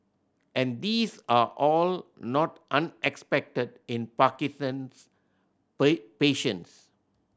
and these are all not unexpected in Parkinson's patients